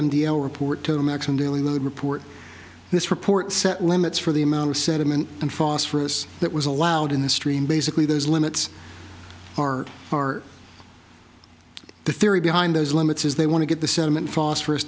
m d l report to the american daily load report this report set limits for the amount of sediment and phosphorus that was allowed in the stream basically those limits are or the theory behind those limits is they want to get the sediment phosphorus